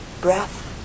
breath